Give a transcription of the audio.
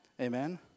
amen